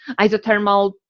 isothermal